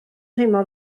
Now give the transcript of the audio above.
teimlo